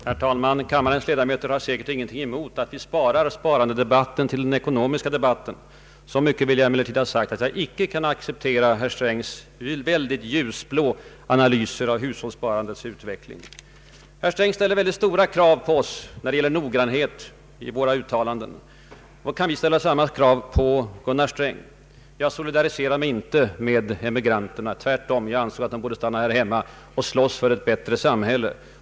Herr talman! Kammarens ledamöter har säkert ingenting emot att vi sparar sparandediskussionen till den ekonomiska debatten. Så mycket vill jag emellertid säga att jag icke kan acceptera herr Strängs ljusblåa analyser av hushållssparandets utveckling. Herr Sträng ställer stora krav på oss när det gäller noggrannhet i våra uttalanden. Då har vi rätt att ställa samma krav på herr Sträng. Jag har inte solidariserat mig med emigranterna, jag anser tvärtom att de borde stanna hemma och slåss för ett bättre samhälle.